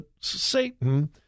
Satan